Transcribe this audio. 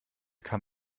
kam